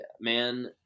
man